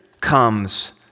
comes